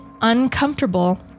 uncomfortable